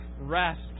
rest